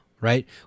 right